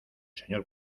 señor